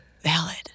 valid